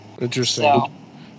Interesting